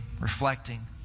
reflecting